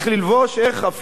אפילו, מה?